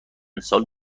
سال